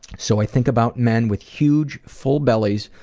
so i think about men with huge, full bellies,